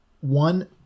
one